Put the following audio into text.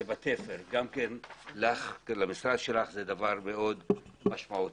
בתפר וגם למשרד שלך זה דבר מאוד משמעותי.